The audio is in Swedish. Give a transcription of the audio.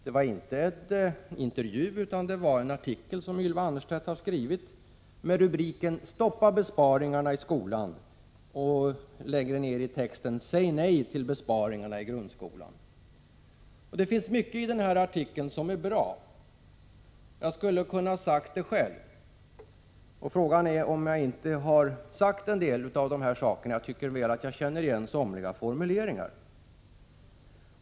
Det var alltså inte fråga om en intervju, utan det var en artikel skriven av henne själv, med rubriken ”Stoppa besparingar i skolan!” som hon har skrivit. Och längre ner i texten står det: ”Säg nej till besparingar i grundskolan.” Det finns mycket i den här artikeln som är bra. Jag skulle ha kunnat säga det själv. Och frågan är om jag inte har sagt en del av dessa saker, jag tycker nämligen att jag känner igen somliga formuleringar.